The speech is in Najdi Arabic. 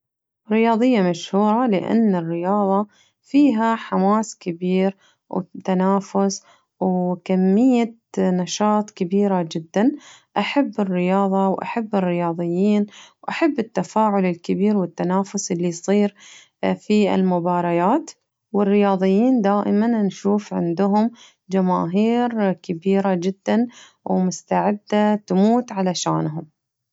رياضية مشهورة لأن الرياضة فيها حماس كبير وتنافس وكمية نشاط كبيرة جداً أحب الرياضة وأحب الرياضيين وأحب التفاعل الكبير والتنافس اللي يصير في المباريات والرياضيين دائماً نشوف عندهم جماهير كبيرة جداً ومستعدة تموت علشانهم.